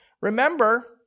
Remember